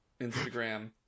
Instagram